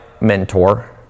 mentor